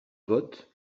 vote